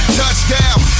touchdown